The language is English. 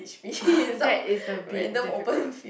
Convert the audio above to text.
ugh that is a bit difficult